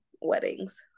weddings